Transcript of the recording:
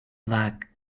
lack